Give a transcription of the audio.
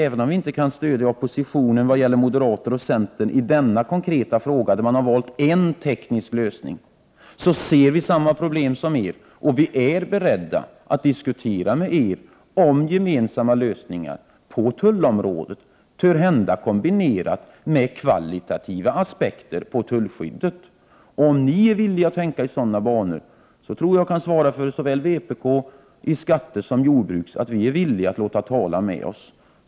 Även om vi inte kan stödja oppositionen, i form av moderata samlingspartiet och centerpartiet, i denna konkreta fråga där man valt en teknisk lösning, ser vi samma problem som de gör. Vi är beredda att diskutera med oppositionen om gemensamma lösningar på tullområdet — törhända kombinerat med kvalitativa aspekter på tullskyddet. Om ni är villiga att tänka i sådana banor, tror jag att jag kan svara att vi i vpk i såväl jordbrukssom skattefrågor är villiga att låta tala med oss.